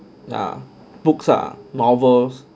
ya books ah novels